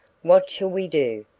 what shall we do?